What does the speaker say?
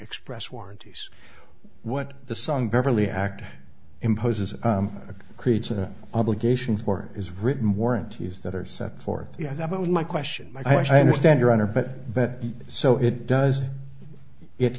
express warranties what the song beverly act imposes creates an obligation for is written warranties that are set forth yeah that was my question mike i understand your honor but but so it does it